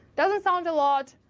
doesn't sound a lot,